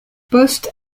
post